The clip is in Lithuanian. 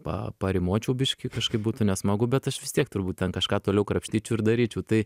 pa parimuočiau biškį kažkaip būtų nesmagu bet aš vis tiek turbūt ten kažką toliau krapštyčiau ir daryčiau tai